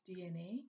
DNA